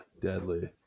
Deadly